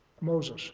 Moses